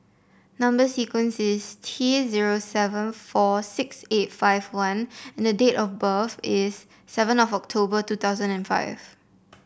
number sequence is T zero seven four six eight five one and the date of birth is seven of October two thousand and five